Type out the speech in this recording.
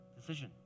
decision